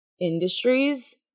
industries